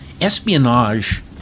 Espionage